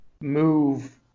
move